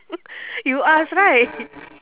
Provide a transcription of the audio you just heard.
you ask right